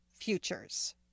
futures